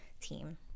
team